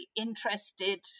interested